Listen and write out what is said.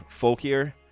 folkier